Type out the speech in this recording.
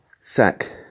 sack